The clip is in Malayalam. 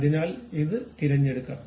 അതിനാൽ ഇത് തിരഞ്ഞെടുക്കാം